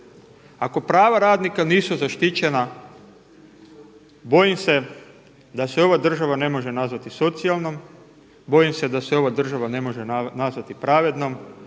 Ako prava radnika nisu zaštićena bojim se da se ova država ne može nazvati socijalnom, bojim se da se ova država ne može nazvati pravednom.